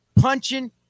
punching